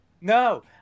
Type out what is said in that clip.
no